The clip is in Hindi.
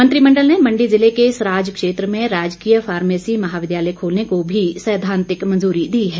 मंत्रिमंडल ने मंडी जिले के सराज क्षेत्र में राजकीय फार्मेसी महाविद्यालय खोलने को भी सैद्वांतिक मंजूरी दी है